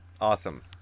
Awesome